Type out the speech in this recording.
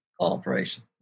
cooperation